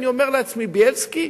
אני אומר לעצמי: בילסקי,